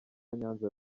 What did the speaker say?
nyanza